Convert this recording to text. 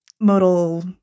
modal